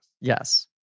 Yes